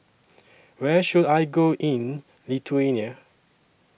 Where should I Go in Lithuania